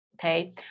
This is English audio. okay